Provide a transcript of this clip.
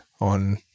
on